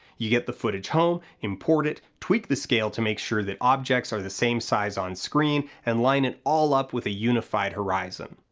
you get the footage home, import it, tweak the scale to make sure that objects are the same size on screen, and line it all up with a unified horizon.